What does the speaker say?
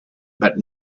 but